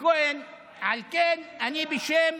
על כן, אני, בשם